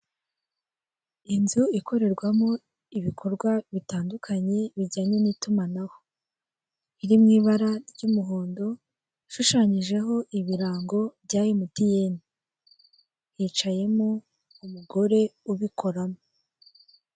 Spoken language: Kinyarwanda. Inzu ikorerwamo ibikorwa bitandukanye, bijyanye n'itumanaho. Iri mu ibara ry'umuhondo, ishushanyijeho ibirango bya emutiyeni. Hicayemo umugore ubikoramo.